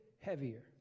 heavier